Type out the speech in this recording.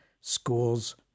schools